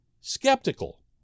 skeptical